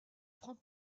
prend